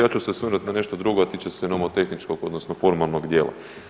Ja ću se osvrnut na nešto drugo, a tiče se nomotehničkog odnosno formalnog dijela.